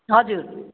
हजुर